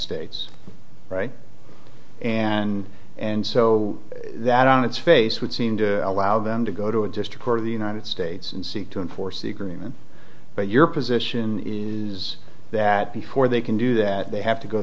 states and and so that on its face would seem to allow them to go to a district court of the united states and seek to enforce the agreement but your position is that before they can do that they have to go